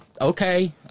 okay